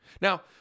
Now